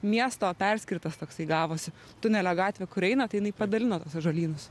miesto perskirtas toksai gavosi tunelio gatvė kur eina tai jinai padalina tuos ąžuolynus